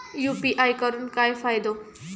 UPI करून काय फायदो?